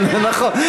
כן, זה נכון.